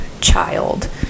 child